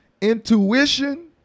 Intuition